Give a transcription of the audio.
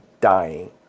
dying